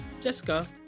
jessica